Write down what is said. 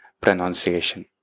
pronunciation